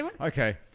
Okay